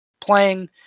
playing